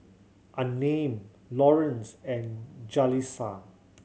Unnamed Lawrence and Jaleesa